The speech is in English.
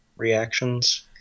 reactions